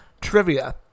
Trivia